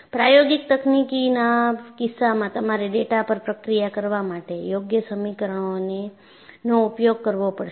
પ્રાયોગિક તકનીકના કિસ્સામાં તમારે ડેટા પર પ્રક્રિયા કરવા માટે યોગ્ય સમીકરણોનો ઉપયોગ કરવો પડશે